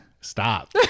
Stop